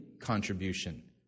contribution